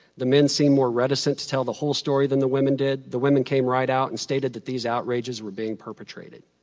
the men seemed more reticent to tell the whole story than the women did. the women came right out and stated these outrages were being perpetrated.